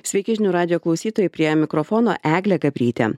sveiki žinių radijo klausytojai prie mikrofono eglė gabrytė